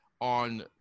on